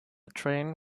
train